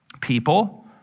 people